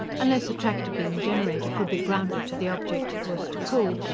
unless a tractor-beam generator could be grounded to the object it was to pull,